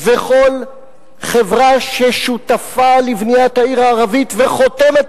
וכל חברה ששותפה לבניית העיר הערבית וחותמת